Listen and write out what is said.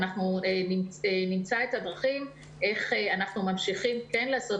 אנחנו נמצא את הדרכים איך אנחנו ממשיכים לעשות